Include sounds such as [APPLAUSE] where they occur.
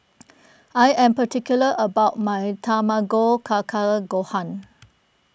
[NOISE] I am particular about my Tamago Kake Gohan